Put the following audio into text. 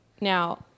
Now